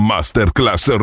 Masterclass